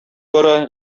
бара